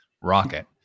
rocket